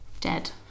dead